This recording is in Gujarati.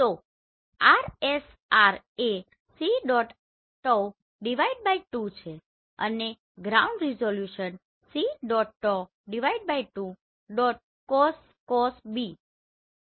તો Rsr એ c ⋅ 2 છે અને ground resolution c⋅ τ 2 ⋅ cos c tau 2 cos beta છે